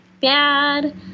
bad